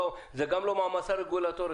זה גם לא מעמסה רגולטורית.